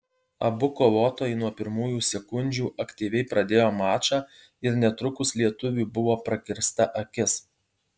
abu kovotojai nuo pirmųjų sekundžių aktyviai pradėjo mačą ir netrukus lietuviui buvo prakirsta akis